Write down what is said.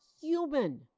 human